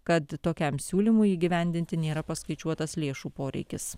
kad tokiam siūlymui įgyvendinti nėra paskaičiuotas lėšų poreikis